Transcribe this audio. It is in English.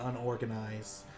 unorganized